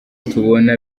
tubona